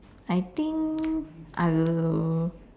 I think I will